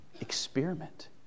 experiment